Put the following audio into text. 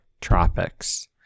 Tropics